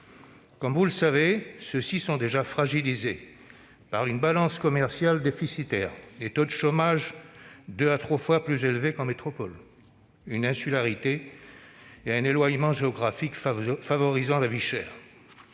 Comme vous le savez, les territoires ultramarins sont déjà fragilisés par une balance commerciale déficitaire, des taux de chômage deux à trois fois plus élevés qu'en métropole, une insularité et un éloignement géographique favorisant la vie chère.